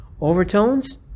overtones